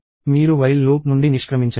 మీరు while loop నుండి నిష్క్రమించండి